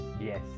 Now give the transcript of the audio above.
Yes